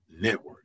Network